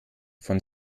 von